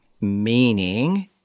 Meaning